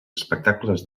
espectacles